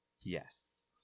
Yes